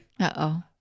Uh-oh